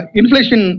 inflation